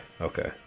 Okay